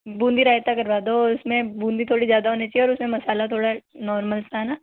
बूंदी रायता करवा दो उसमे बूंदी थोड़ा ज़्यादा होनाी चाहिए और उसमें मसाला थोड़ा नॉर्मल सा ना